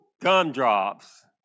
gumdrops